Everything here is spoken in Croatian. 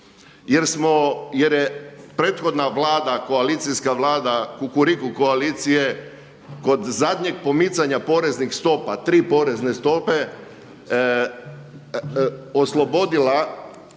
jer je prethodna Vlada, koalicijska Vlada Kukuriku koalicije kod zadnjeg pomicanja poreznih stopa, tri porezne stope oslobodila